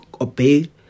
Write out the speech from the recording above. obey